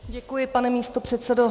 Děkuji, pane místopředsedo.